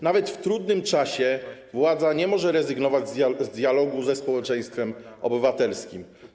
Nawet w trudnym czasie władza nie może rezygnować z dialogu ze społeczeństwem obywatelskim.